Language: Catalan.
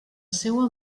seua